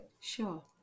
Sure